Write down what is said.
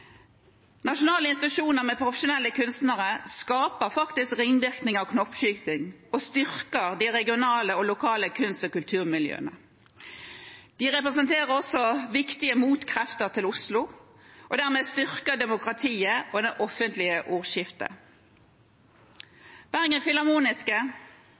Nasjonale institusjoner med profesjonelle kunstnere skaper faktisk ringvirkninger og knoppskyting og styrker de regionale og lokale kunst- og kulturmiljøene. De representerer også viktige motkrefter til Oslo og styrker dermed demokratiet og det offentlige ordskiftet.